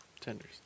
tenders